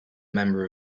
member